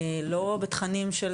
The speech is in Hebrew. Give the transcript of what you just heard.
לא בתכנים של